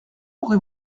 aurez